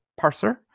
parser